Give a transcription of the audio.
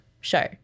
show